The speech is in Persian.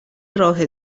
راه